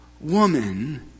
Woman